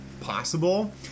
possible